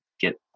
get